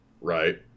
Right